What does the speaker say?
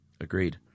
Agreed